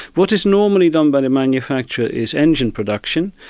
what is normally done by the manufacturer is engine production,